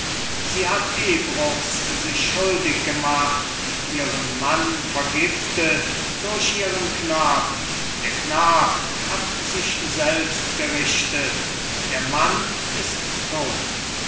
sie hat ehebruchs sich schuldig gemacht ihren mann vergiftet durch ihren knaben der knab hat sich selbst gerichtet der mann ist tot